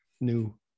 new